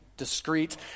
Discreet